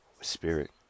spirit